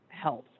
health